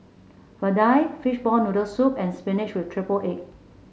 vadai Fishball Noodle Soup and spinach with triple egg